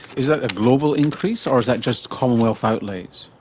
is that a global increase or is that just commonwealth outlays?